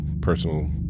personal